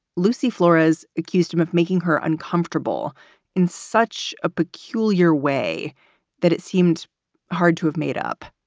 lucy floras accused him of making her uncomfortable in such a peculiar way that it seemed hard to have made up.